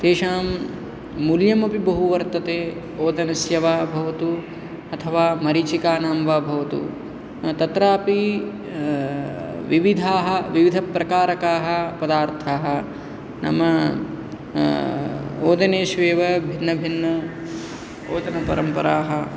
तेषां मूल्यमपि बहु वर्तते ओदनस्य वा भवतु अथवा मरीचिकानां वा भवतु तत्रापि विविधाः विविधप्रकारकाः पदार्थाः नाम ओदनेष्वेव भिन्नभिन्न ओदनपरम्पराः